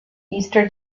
easter